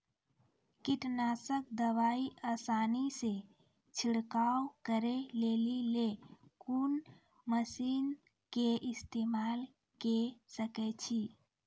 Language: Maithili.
कीटनासक दवाई आसानीसॅ छिड़काव करै लेली लेल कून मसीनऽक इस्तेमाल के सकै छी?